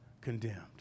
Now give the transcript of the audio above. condemned